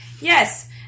yes